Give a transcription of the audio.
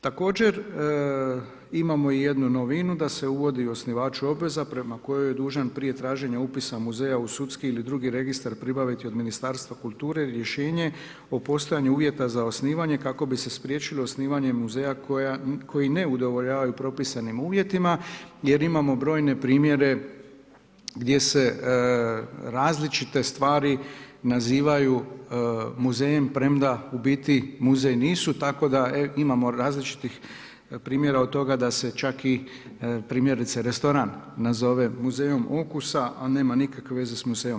Također, imamo i jednu novinu da se uvodi osnivač obveza prema kojoj je dužan prije traženja upisa muzeja u sudski ili drugi registar pribaviti od Ministarstva kulture rješenje o postojanju uvjeta za osnivanje kako bi se spriječilo osnivanje muzeja koji ne udovoljavaju propisanim uvjetima jer imamo brojne primjere gdje se različite stvari nazivaju muzejem, premda u biti muzej nisu, tako da imamo različitih primjera od toga da se čak i primjerice restoran nazove Muzejom ukusa, a nema nikakvih veze s muzejom.